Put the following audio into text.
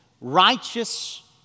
righteous